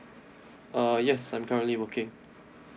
uh yes I'm currently working